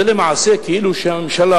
זה למעשה כאילו הממשלה,